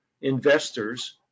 investors